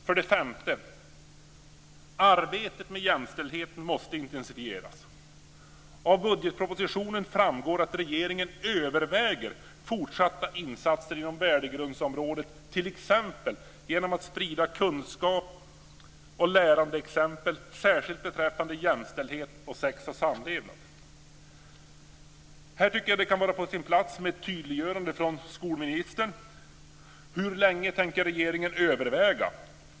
För det femte: Arbetet med jämställdheten måste intensifieras! Av budgetpropositionen framgår att regeringen överväger fortsatta insatser inom värdegrundsområdet, t.ex. genom att sprida kunskap och lärande exempel särskilt beträffande jämställdhet och sex och samlevnad. Här tycker jag att det kan vara på sin plats med ett tydliggörande från skolministern. Hur länge tänker regeringen överväga?